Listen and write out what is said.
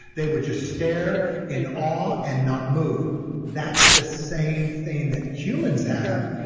they would just stare in awe and not move that's the same thing that humans have.